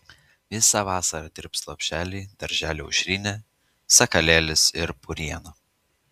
visą vasarą dirbs lopšeliai darželiai aušrinė sakalėlis ir puriena